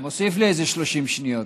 אתה מוסיף לי איזה 30 שניות,